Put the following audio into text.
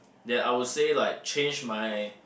that I would say like change my